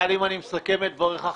אם אני מסכם את דבריך,